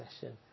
session